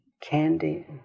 Candy